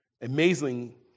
Amazingly